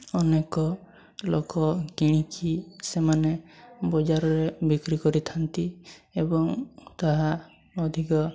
ଅନେକ ଲୋକ କିଣିକି ସେମାନେ ବଜାରରେ ବିକ୍ରି କରିଥାନ୍ତି ଏବଂ ତାହା ଅଧିକ